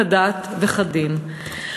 כדת וכדין.